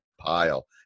pile